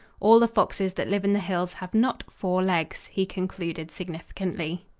all the foxes that live in the hills have not four legs, he concluded significantly.